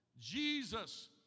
Jesus